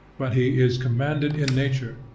but he is commanded in nature,